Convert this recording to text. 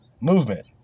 movement